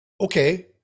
okay